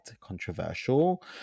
controversial